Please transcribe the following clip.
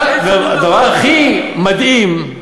והדבר הכי מדהים,